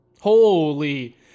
Holy